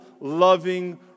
loving